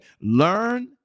Learn